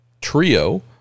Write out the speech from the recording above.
trio